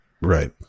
right